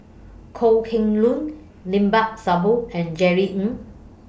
Kok Heng Leun Limat Sabtu and Jerry Ng